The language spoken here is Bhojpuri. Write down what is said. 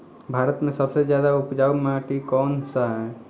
भारत मे सबसे ज्यादा उपजाऊ माटी कउन सा ह?